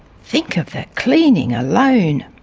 think of the cleaning alone.